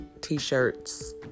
T-shirts